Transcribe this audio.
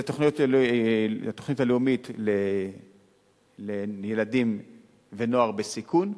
זו התוכנית הלאומית לילדים ונוער בסיכון,